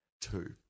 Two